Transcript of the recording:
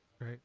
Right